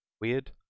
weird